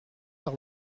par